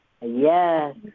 Yes